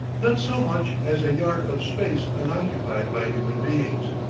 not so much as a yard of space unoccupied by human beings.